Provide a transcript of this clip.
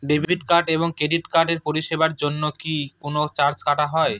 Debit card এবং credit কার্ডের পরিষেবার জন্য কি কোন চার্জ কাটা হয়?